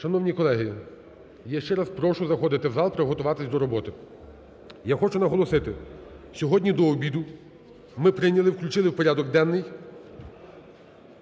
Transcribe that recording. Шановні колеги, я ще раз прошу заходити в зал, приготуватися до роботи. Я хочу наголосити, сьогодні до обіду ми прийняли, включили в порядок денний